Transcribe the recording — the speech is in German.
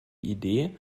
idee